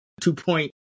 two-point